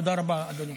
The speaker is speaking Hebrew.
תודה רבה, אדוני.